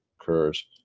occurs